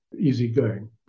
easygoing